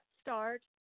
start